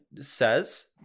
says